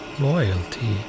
Loyalty